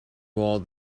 more